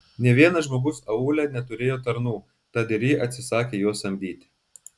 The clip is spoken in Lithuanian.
nė vienas žmogus aūle neturėjo tarnų tad ir ji atsisakė juos samdyti